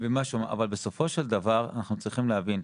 אבל בסופו של דבר אנחנו צריכים להבין,